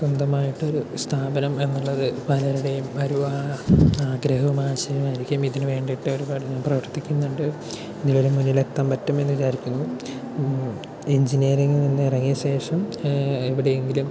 സ്വന്തമായിട്ടൊരു സ്ഥാപനം എന്നുള്ളത് പലരുടേയും ഒരു ആ ആഗ്രഹവും ആശയും ആയിരിക്കും ഇതിന് വേണ്ടിയിട്ട് ഒരുപാട് പ്രവർത്തിക്കുന്നുണ്ട് ഇന്നിവരെ മുന്നില് എത്താൻ പറ്റും എന്ന് വിചാരിക്കുന്നു എൻജിനീയറിംഗിൽ നിന്ന് ഇറങ്ങിയ ശേഷം എവിടെയെങ്കിലും